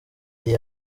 iyi